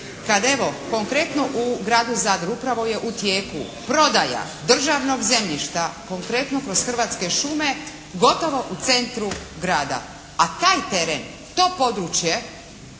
Kad evo, konkretno u gradu Zadru upravo je u tijeku prodaja državnog zemljišta konkretno kroz Hrvatske šume, gotovo u centru grada. A taj teren, to područje